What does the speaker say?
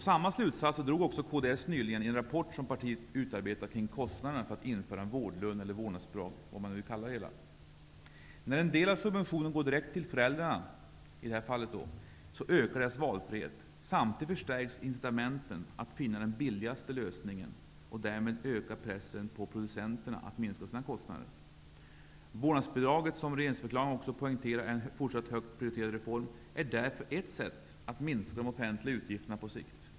Samma slutsatser drog också kds nyligen i den rapport som partiet utarbetat kring kostnaderna för att införa en vårdlön eller ett vårdnadsbidrag. När en del av subventionen går direkt till föräldrarna ökar deras valfrihet. Samtidigt förstärks incitamenten att finna den billigaste lösningen, och därmed ökar pressen på producenterna att minska sina kostnader. Vårdnadsbidraget, som regeringsförklaringen poängterar är en fortsatt högt pririterad reform, är därför ett sätt att minska de offentliga utgifterna på sikt.